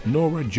Nora